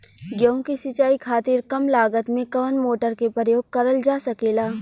गेहूँ के सिचाई खातीर कम लागत मे कवन मोटर के प्रयोग करल जा सकेला?